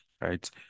right